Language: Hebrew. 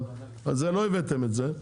אבל לא הבאתם את זה,